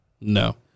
No